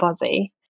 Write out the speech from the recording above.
body